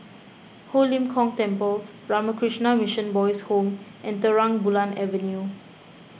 Ho Lim Kong Temple Ramakrishna Mission Boys' Home and Terang Bulan Avenue